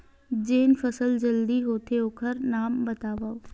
जेन फसल जल्दी होथे ओखर नाम बतावव?